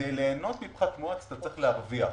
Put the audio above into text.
כדי ליהנות מפחת מואץ אתה צריך להרוויח.